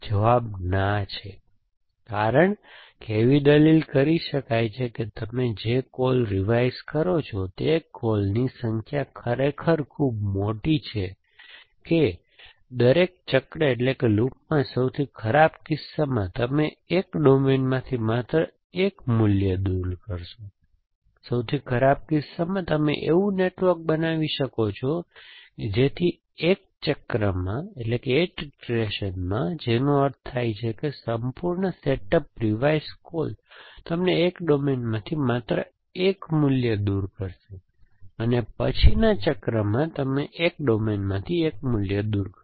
જવાબ ના છે કારણ કે એવી દલીલ કરી શકાય છે કે તમે જે કોલ્સ રિવાઇઝ કરો છો તે કૉલ્સની સંખ્યા ખરેખર ખૂબ મોટી છે કે દરેક ચક્રમાં સૌથી ખરાબ કિસ્સામાં તમે એક ડોમેનમાંથી માત્ર એક મૂલ્ય દૂર કરશો સૌથી ખરાબ કિસ્સામાં તમે એવું નેટવર્ક બનાવી શકો છો જેથી એક ચક્રમાં જેનો અર્થ થાય કે સંપૂર્ણ સેટઅપ રિવાઇઝ કૉલ્સ તમે એક ડોમેનમાંથી માત્ર એક મૂલ્ય દૂર કરશો અને પછીના ચક્રમાં તમે એક ડોમેન માંથી એક મૂલ્ય દૂર કરશો